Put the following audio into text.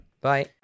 bye